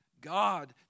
God